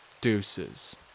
Deuces